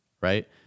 Right